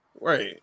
Right